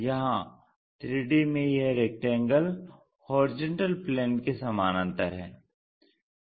यहां 3D में यह रेक्टेंगल HP के समानांतर है